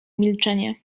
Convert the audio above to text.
milczenie